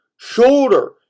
Shoulder